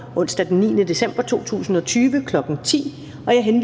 onsdag den 9. december 2020, kl. 10.00.